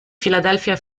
filadelfia